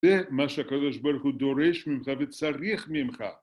זה מה שקדוש ברוך הוא דורש ממך וצריך ממך